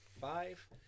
five